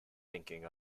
thinking